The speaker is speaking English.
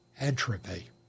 entropy